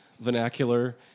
vernacular